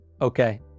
Okay